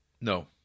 No